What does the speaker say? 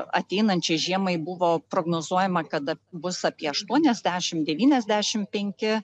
ateinančiai žiemai buvo prognozuojama kad bus apie aštuoniasdešimt devyniasdešimt penki